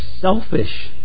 selfish